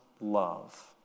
love